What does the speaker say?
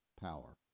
power